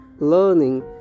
learning